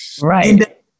right